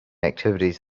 activities